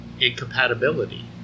incompatibility